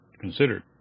considered